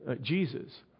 Jesus